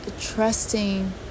trusting